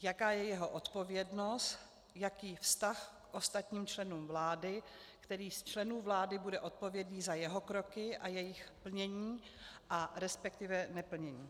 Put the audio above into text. Jaká je jeho odpovědnost, jaký vztah k ostatním členům vlády, který z členů vlády bude odpovědný za jeho kroky a jejich plnění, respektive neplnění.